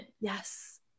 Yes